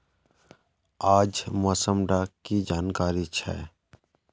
आज मौसम डा की जानकारी छै?